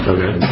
Okay